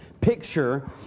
picture